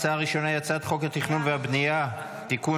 ההצעה הראשונה היא הצעת חוק התכנון והבנייה (תיקון,